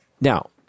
now